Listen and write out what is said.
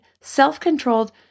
self-controlled